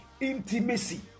intimacy